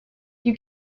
you